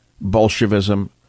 Bolshevism